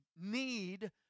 need